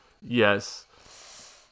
Yes